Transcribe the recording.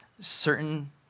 certain